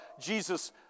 Jesus